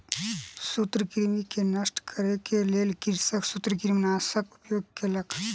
सूत्रकृमि के नष्ट करै के लेल कृषक सूत्रकृमिनाशकक उपयोग केलक